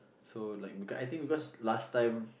so like beacause because I think because last time